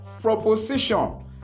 proposition